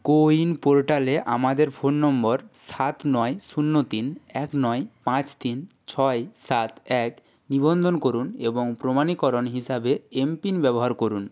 কো win পোর্টালে আমাদের phone number সাত নয় শূন্য তিন এক নয় পাঁচ তিন ছয় সাত এক নিবন্ধন করুন এবং প্রমাণীকরণ হিসাবে এমপিন ব্যবহার করুন